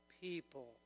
people